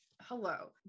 hello